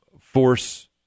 force